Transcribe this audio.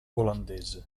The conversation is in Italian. olandese